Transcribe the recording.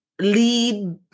lead